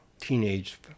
teenage